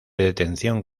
detención